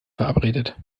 verabredet